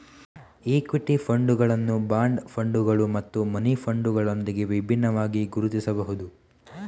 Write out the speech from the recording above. equity ಫಂಡುಗಳನ್ನು bond ಫಂಡುಗಳು ಮತ್ತು ಮನಿ ಫಂಡುಗಳೊಂದಿಗೆ ವಿಭಿನ್ನವಾಗಿ ಗುರುತಿಸಬಹುದು